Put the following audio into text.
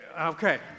Okay